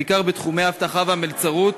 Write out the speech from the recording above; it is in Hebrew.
בעיקר בתחומי האבטחה והמלצרות,